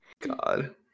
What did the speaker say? God